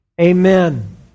amen